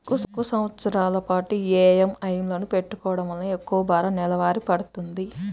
తక్కువ సంవత్సరాల పాటు ఈఎంఐలను పెట్టుకోవడం వలన ఎక్కువ భారం నెలవారీ పడ్తుంది